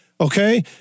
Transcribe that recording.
okay